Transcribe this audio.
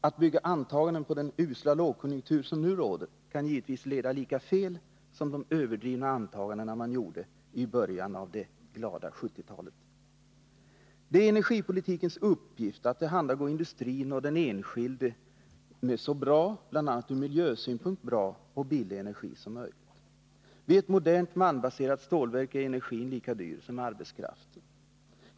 Att bygga antagandena på den usla lågkonjunktur som nu råder kan leda lika fel som de överdrivna antaganden man gjorde i början av det glada 70-talet. Det är energipolitikens uppgift att tillhandagå industrin och den enskilde med så bra —bl.a. ur miljösynpunkt — och så billig energi som möjligt. Vid ett modernt malmbaserat stålverk är energin lika dyr som arbetskraften.